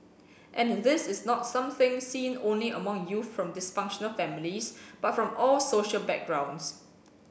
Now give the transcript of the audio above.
and this is not something seen only among youth from dysfunctional families but from all social backgrounds